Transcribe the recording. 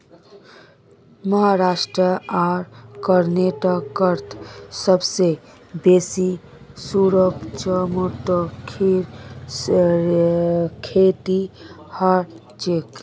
महाराष्ट्र आर कर्नाटकत सबसे बेसी सूरजमुखीर खेती हछेक